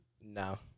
No